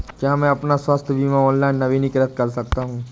क्या मैं अपना स्वास्थ्य बीमा ऑनलाइन नवीनीकृत कर सकता हूँ?